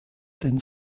den